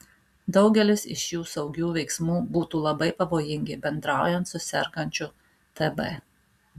daugelis iš šių saugių veiksmų būtų labai pavojingi bendraujant su sergančiu tb